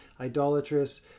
idolatrous